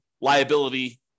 liability